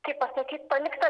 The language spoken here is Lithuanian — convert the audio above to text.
kaip pasakyt palikta